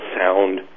sound